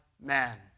man